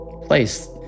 place